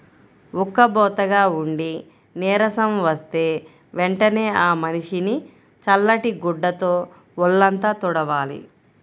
ఉక్కబోతగా ఉండి నీరసం వస్తే వెంటనే ఆ మనిషిని చల్లటి గుడ్డతో వొళ్ళంతా తుడవాలి